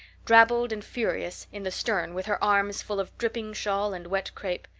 drabbled and furious, in the stern with her arms full of dripping shawl and wet crepe.